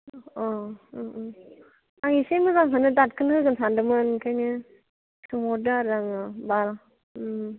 अ आं इसे मोजांखौनो दादखौनो होगोन सान्दोंमोन ओंखायनो सोंहरदों आरो आङो मा